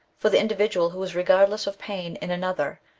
for the individual who is regardless of pain in another,